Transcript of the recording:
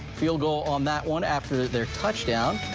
field goal on that one after their touchdown.